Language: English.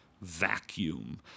vacuum